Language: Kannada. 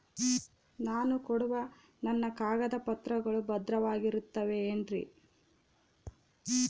ನಾನು ಕೊಡೋ ನನ್ನ ಕಾಗದ ಪತ್ರಗಳು ಭದ್ರವಾಗಿರುತ್ತವೆ ಏನ್ರಿ?